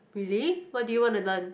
really what do you want to learn